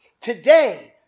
today